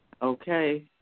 Okay